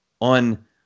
on